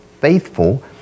faithful